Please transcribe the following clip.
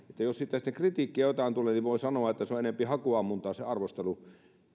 sitten sitä kritiikkiä joiltain tulee niin voin sanoa että se on enempi hakuammuntaa se arvostelu